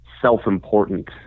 Self-important